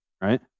right